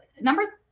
number